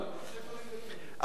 פרופסורים בדימוס, אבל אם, אדוני השר,